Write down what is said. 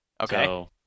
Okay